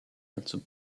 dazu